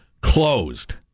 closed